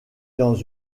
dans